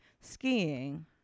skiing